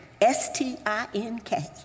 S-T-I-N-K